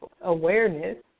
awareness